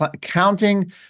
counting